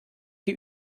die